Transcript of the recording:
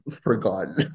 forgotten